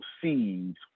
seeds